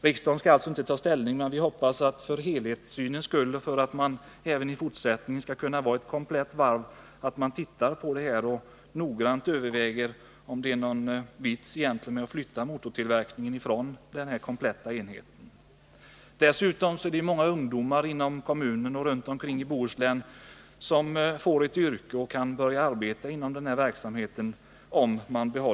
Riksdagen skall alltså inte ta ställning, men jag hoppas att helhetssynen skall bevaras, så att varvet även i fortsättningen skall kunna vara komplett. Därför måste det noga övervägas om det egentligen är någon vits med att flytta motortillverkningen. Om motortillverkningen blir kvar i Uddevalla, betyder det att många ungdomar inom kommunen och runt om i Bohuslän kan få ett yrke och börja arbeta inom den verksamheten.